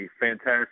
fantastic